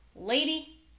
lady